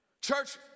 Church